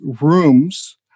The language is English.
rooms